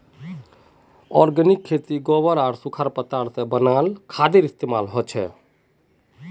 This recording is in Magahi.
ओर्गानिक फर्मिन्गोत गोबर आर सुखा पत्ता से बनाल खादेर इस्तेमाल होचे